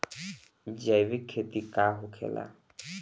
जैविक खेती का होखेला?